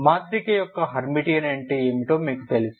మాత్రిక యొక్క హెర్మిటియన్ అంటే ఏమిటో మీకు తెలుసు